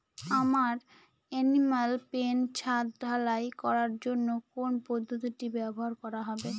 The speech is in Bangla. আমার এনিম্যাল পেন ছাদ ঢালাই করার জন্য কোন পদ্ধতিটি ব্যবহার করা হবে?